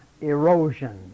erosion